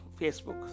Facebook